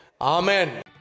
Amen